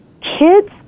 Kids